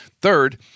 Third